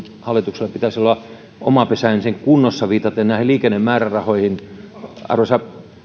hallituksella pitäisi olla oma pesä ensin kunnossa viitaten näihin liikennemäärärahoihin arvoisa